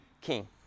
king